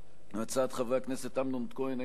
של חברי הכנסת אמנון כהן,